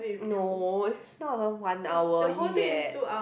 no it's not even one hour yet